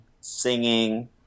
singing